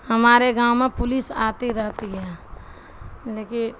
ہمارے گاؤں میں پولیس آتی رہتی ہے لیک